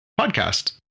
podcast